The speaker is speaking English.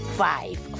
five